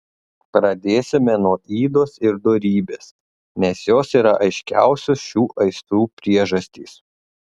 pradėsime nuo ydos ir dorybės nes jos yra aiškiausios šių aistrų priežastys